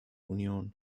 union